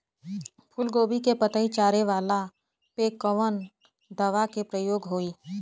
फूलगोभी के पतई चारे वाला पे कवन दवा के प्रयोग होई?